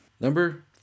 Number